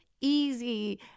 easy